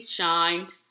shined